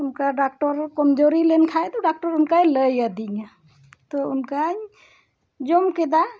ᱚᱱᱠᱟ ᱰᱟᱠᱴᱚᱨ ᱠᱚᱢ ᱡᱳᱨᱤ ᱞᱮᱱ ᱠᱷᱟᱱ ᱫᱚ ᱰᱟᱠᱴᱚᱨ ᱚᱱᱠᱟᱭ ᱞᱟᱹᱭ ᱟᱹᱫᱤᱧᱟ ᱛᱚ ᱚᱱᱠᱟᱧ ᱡᱚᱢ ᱠᱮᱫᱟ